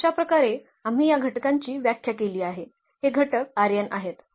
तर अशा प्रकारे आम्ही या घटकांची व्याख्या केली आहे हे घटक आहेत